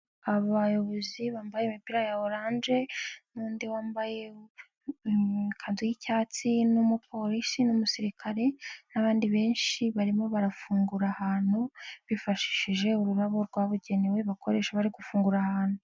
Abayobozi bambaye imipira ya orange n'undi wambaye ikanzu y'icyatsi n'umupolisi n'umusirikare n'abandi benshi barimo barafungura ahantu ,bifashishije ururabo rwabugenewe bakoresha bari gufungura ahantu.